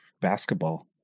basketball